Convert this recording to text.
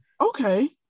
okay